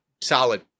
Solid